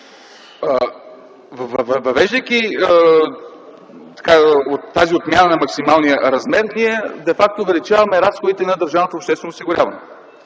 въвеждайки тази отмяна на максималния размер, де факто увеличаваме разходите на държавното обществено осигуряване.